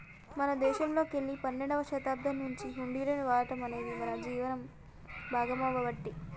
మన దేశంలోకెల్లి పన్నెండవ శతాబ్దం నుంచే హుండీలను వాడటం అనేది జీవనం భాగామవ్వబట్టే